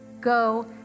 go